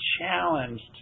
challenged